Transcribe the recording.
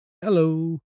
Hello